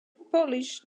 polish